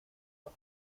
los